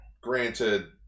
granted